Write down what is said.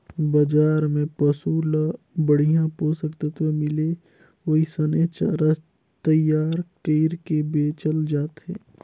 बजार में पसु ल बड़िहा पोषक तत्व मिले ओइसने चारा तईयार कइर के बेचल जाथे